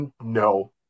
No